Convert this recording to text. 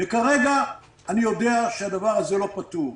וכרגע אני יודע שהדבר הזה לא פתור.